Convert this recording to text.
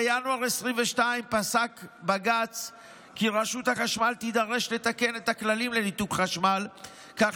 בינואר 2022 פסק בג"ץ כי רשות החשמל תידרש לתקן את הכללים לניתוק חשמל כך